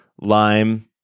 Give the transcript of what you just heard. lime